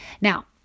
Now